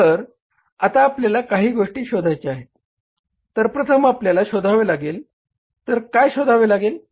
तर आता आपल्याला काही गोष्टी शोधायच्या आहेत तर प्रथम आपल्याला शोधावे लागेल तर काय शोधावे लागेल